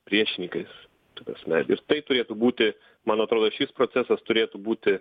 priešininkais ta prasme ir tai turėtų būti man atrodo šis procesas turėtų būti